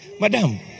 Madam